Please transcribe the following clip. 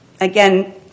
again